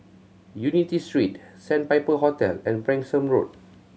Unity Street Sandpiper Hotel and Branksome Road